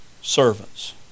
servants